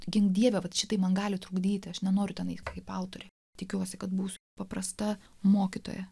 gink dieve vat šitai man gali trukdyti aš nenoriu ten eit kaip autorė tikiuosi kad būsiu paprasta mokytoja